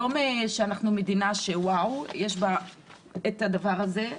לא שאנחנו מדינה שוואו, יש בה את הדבר הזה,